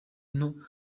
nto